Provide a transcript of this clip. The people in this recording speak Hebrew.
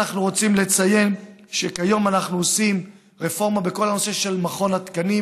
אנחנו רוצים לציין שכיום אנחנו עושים רפורמה בכל הנושא של מכון התקנים,